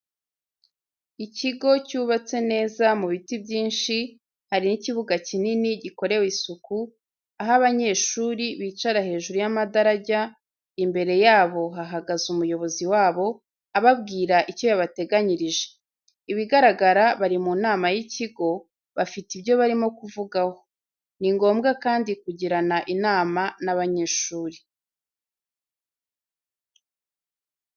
Ikigo cyubatse neza mu biti byinshi, hari n'ikibuga kinini, gikorewe isuku, aho abanyeshuri bicara hejuru y'amadarajya, imbere yabo hahagaze umuyobozi wabo ababwira icyo yabateganyirije. Ibigaragara bari mu nama y'ikigo, bafite ibyo barimo kuvugaho. Ni ngombwa kandi kugirana inama n'abanyeshuri.